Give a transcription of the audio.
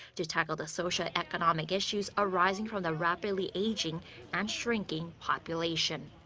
to tackle the socioeconomic issues arising from the rapidly aging and shrinking population.